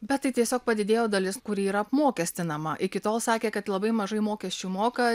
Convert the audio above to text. bet tai tiesiog padidėjo dalis kuri yra apmokestinama iki tol sakė kad labai mažai mokesčių moka